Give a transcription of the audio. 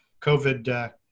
COVID